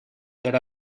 that